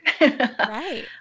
right